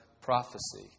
prophecy